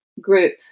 group